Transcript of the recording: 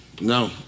no